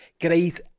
great